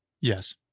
Yes